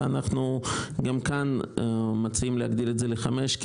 אנחנו גם כאן מציעים להגדיל את זה לחמישה כי